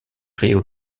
rio